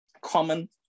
common